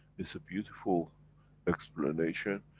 it's a beautiful explanation,